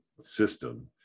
system